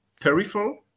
peripheral